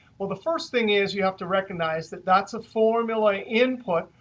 well, the first thing is you have to recognize that that's a formula input.